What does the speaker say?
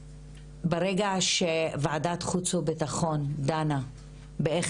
ברגעים אלו שוועדת חוץ וביטחון דנה בנושא של איך